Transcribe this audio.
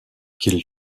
qu’il